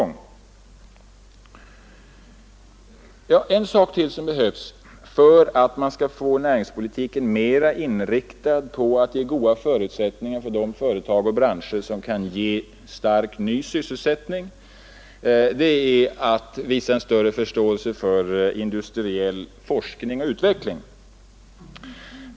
Det är en sak till som behövs för att man skall få näringspolitiken mer inriktad på att ge goda förutsättningar för de företag och branscher som kan ge stark ny sysselsättning, nämligen att man visar en större förståelse för industriell forskning och utveckling.